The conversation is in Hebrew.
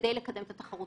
ועדת בכר,